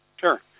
Sure